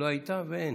לא הייתה ואין.